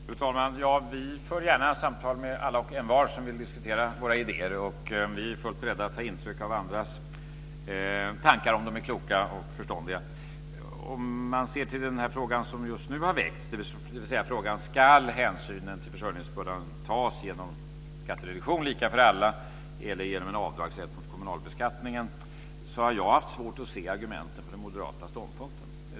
Fru talman! Vi för gärna samtal med alla och envar som vill diskutera våra idéer. Vi är fullt beredda att ta intryck av andras tankar om de är kloka och förståndiga. Om man ser till den fråga som just nu har väckts, dvs. om hänsyn till försörjningsbördan ska tas genom skattereduktion lika för alla eller genom en avdragsrätt mot kommunalbeskattningen, har jag haft svårt att se argumenten för den moderata ståndpunkten.